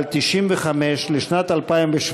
על 95 לשנת 2017,